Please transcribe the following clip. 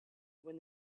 when